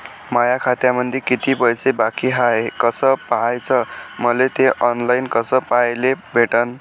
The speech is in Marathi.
माया खात्यामंधी किती पैसा बाकी हाय कस पाह्याच, मले थे ऑनलाईन कस पाह्याले भेटन?